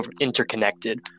interconnected